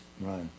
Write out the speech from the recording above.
Right